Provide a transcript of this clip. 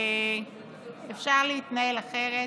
שאפשר להתנהל אחרת.